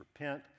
repent